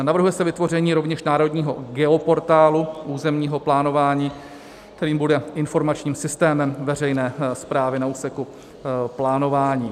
Navrhuje se vytvoření rovněž národního geoportálu územního plánování, který bude informačním systémem veřejné správy na úseku plánování.